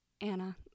Anna